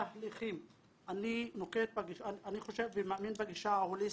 מעניינת הגישה ההוליסטית,